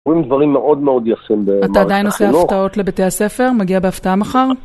רואים דברים מאוד מאוד יפים במהלך החינוך. אתה עדיין עושה הפתעות לביתי הספר? מגיע בהפתעה מחר?